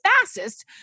fastest